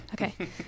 okay